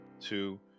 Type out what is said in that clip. Two